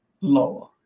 lower